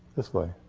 this way.